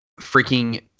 Freaking